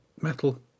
metal